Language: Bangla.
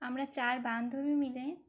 আমরা চার বান্ধবী মিলে